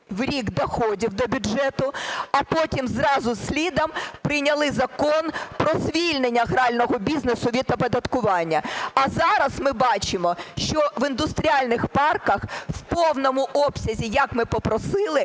в рік доходів до бюджету, а потім зразу слідом прийняли Закон про звільнення грального бізнесу від оподаткування. А зараз ми бачимо, що в індустріальних парках в повному обсязі, як ми попросили,